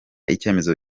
icyemezo